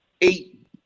eight